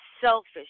selfish